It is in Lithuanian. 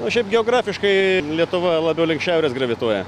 o šiaip geografiškai lietuva labiau link šiaurės gravituoja